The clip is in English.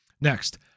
Next